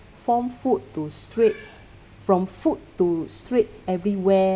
form food to straight from food to streets everywhere